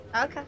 Okay